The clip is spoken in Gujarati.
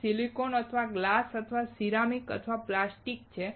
તે સિલિકોન અથવા ગ્લાસ અથવા સિરામિક અથવા પ્લાસ્ટિક છે